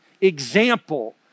example